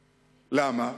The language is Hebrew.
למה?